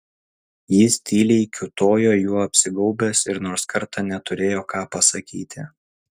jis tyliai kiūtojo juo apsigaubęs ir nors kartą neturėjo ką pasakyti